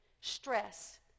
Stress